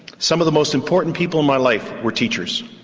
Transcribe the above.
some of the most important people in my life were teachers.